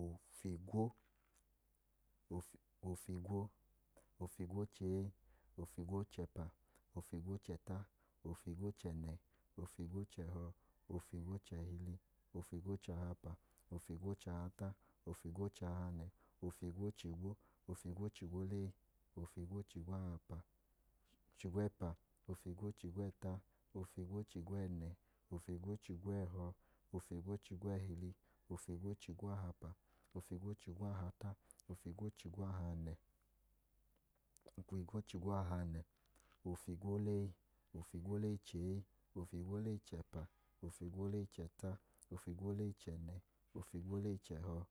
ofahanẹ-chigwahanẹ, oofigwo, ofigwo-chee, ofigwo-chẹpa, ofigwo-chẹta, ofigwo-chẹnẹ, ofigwo-chẹhọ, ofigwo-chẹhili, ofigwo-chahapa, ofigwo-chahata, ofigwo-chahanẹ, ofigwo-chigwo, ofigwo-chigwolee, ofigwo-chigwẹpa, ofigwo-chigwẹta, ofigwo-chigwẹnẹ, ofigwo-chigwẹhọ, ofigwo-chigwẹhhili, ofigwo-chigwahapa, ofigwo-chigwahata, ofigwo-chigwahanẹ, ofigwolee, ofigwolee-chee, ofigwolee-chẹpa, ofigwolee-chẹta, ofigwolee-chẹnẹ, ofigwolee-chẹhọ.